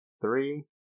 three